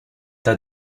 tas